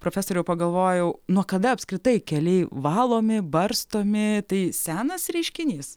profesoriau pagalvojau nuo kada apskritai keliai valomi barstomi tai senas reiškinys